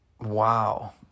Wow